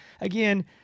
again